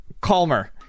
calmer